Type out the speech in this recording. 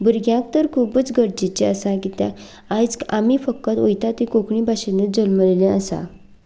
भुरग्यांक तर खुबूच गरजेची आसा किद्याक आयज आमी फक्त वयता थंय कोंकणी भाशेनूच जल्मलेली आसा